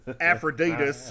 Aphrodite